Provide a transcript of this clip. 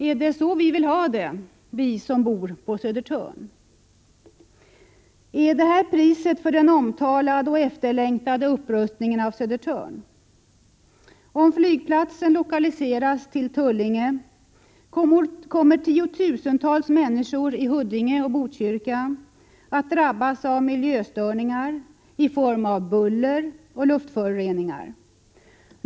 Är det så vi vill vi ha det, vi som bor på Södertörn? Är detta priset för den omtalade och efterlängtade upprustningen av Södertörn? Om flygplatsen 27 lokaliseras till Tullinge kommer tiotusentals människor i Huddinge och Botkyrka att drabbas av miljöstörningar i form av buller och luftföroreningar.